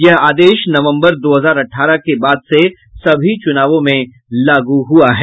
यह आदेश नवम्बर दो हजार अठारह के बाद से सभी चुनावों में लागू हुआ है